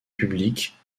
publiques